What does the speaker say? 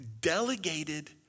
delegated